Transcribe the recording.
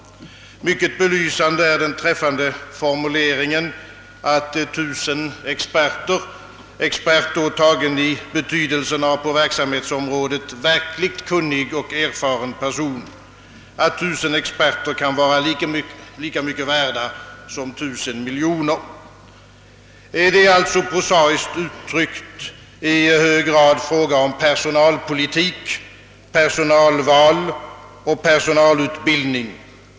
Mycket belysande är den träffande formuleringen, att 1000 experter — med expert menas då en på verksamhetsområdet verkligt kunnig och erfaren person — kan vara lika mycket värda som 1000 miljoner kronor. Det är alltså, prosaiskt uttryckt, i hög grad fråga om personalpolitik, personalval och personalutbildning.